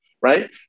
right